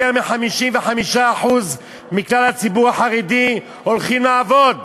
יותר מ-55% מכלל הציבור החרדי הולכים לעבוד.